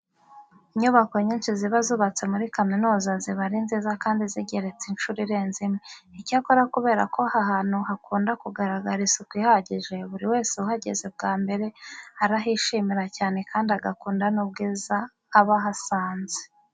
Inyubako nyinshi ziba zubatse muri kaminuza ziba ari nziza kandi zigeretse inshuro irenze imwe. Icyakora kubera ko aha hantu hakunda kugaragara isuku ihagije, buri wese uhageze bwa mbere arahishimira cyane kandi agakunda n'ubwiza aba ahasanze.